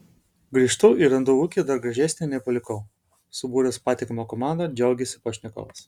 grįžtu ir randu ūkį dar gražesnį nei palikau subūręs patikimą komandą džiaugiasi pašnekovas